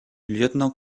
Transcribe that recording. lieutenant